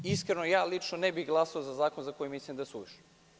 Iskreno, lično ne bih glasao za zakon za koji mislim da je suvišan.